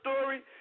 story